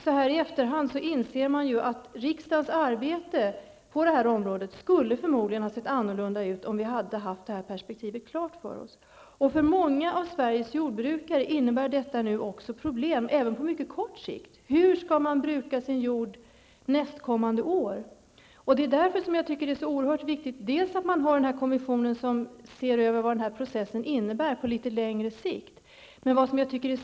Så här i efterhand inser man ju att riksdagens arbete på detta område skulle förmodligen ha sett annorlunda ut om vi hade haft det här perspektivet klart för oss. För många av Sveriges jordbrukare innebär EG anpassningen stora problem, även på mycket kort sikt. Hur skall man bruka sin jord nästkommande år? Det är därför oerhört viktigt att tillsätta denna kommission som skall se över vad denna process innebär på litet längre sikt.